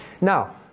Now